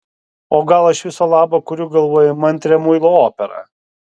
o gal aš viso labo kuriu galvoje įmantrią muilo operą